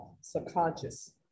subconscious